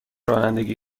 رانندگی